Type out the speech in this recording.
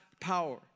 power